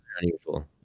unusual